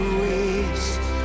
waste